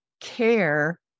care